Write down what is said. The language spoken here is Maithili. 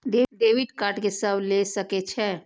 डेबिट कार्ड के सब ले सके छै?